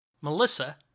Melissa